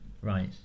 Right